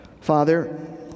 Father